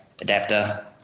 adapter